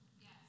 Yes